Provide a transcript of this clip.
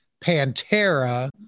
Pantera